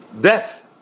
death